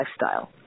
lifestyle